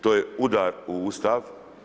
To je udar u Ustav.